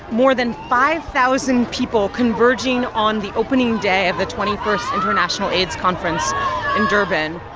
more than five thousand people converging on the opening day of the twenty first international aids conference in durban.